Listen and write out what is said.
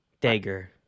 Dagger